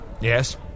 Yes